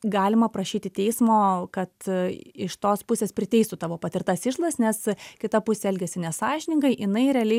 galima prašyti teismo kad iš tos pusės priteistų tavo patirtas išlaidas nes kita pusė elgėsi nesąžiningai jinai realiai